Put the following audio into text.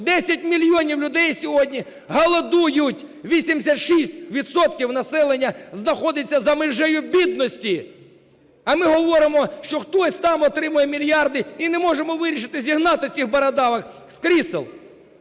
10 мільйонів людей сьогодні голодують, 86 відсотків населення знаходиться за межею бідності, а ми говоримо, що хтось там отримує мільярди, і не можемо вирішити зігнати цих бородавок з крісел.